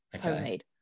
homemade